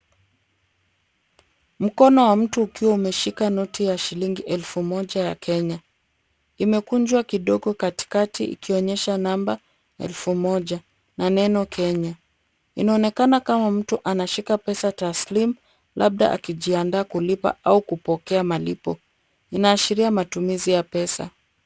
Mkono wa mtu ukiwa umeshika noti ya shilingi elfu moja ya Kenya. Imekunjwa kidogo katikati ikionyesha namba elfu moja na neno Kenya. Inaonekana kama mtu anashika pesa taslim labda akijiandaa kulipa au kupokea malipo. Inaashiria matumizi ya pesa.